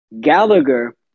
Gallagher